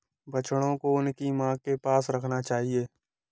बछड़ों को उनकी मां के पास रखना चाहिए